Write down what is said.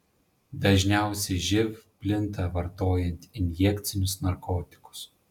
dažniausiai živ plinta vartojant injekcinius narkotikus